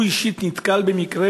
הוא אישית נתקל במקרה.